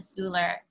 Suler